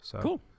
Cool